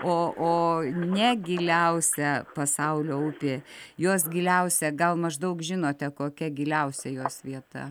o o ne giliausia pasaulio upė jos giliausia gal maždaug žinote kokia giliausia jos vieta